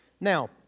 Now